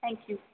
thank you